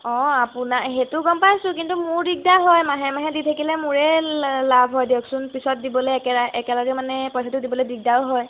অঁ আপোনাৰ এই সেইটো গম পাইছোঁ কিন্তু মোৰ দিগদাৰ হয় মাহে মাহে দি থাকিলে মোৰে লাভ হয় দিয়কচোন পিছত দিবলৈ একেৰা একেলগে মানে পইচাটো দিবলৈ দিগদাৰো হয়